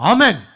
Amen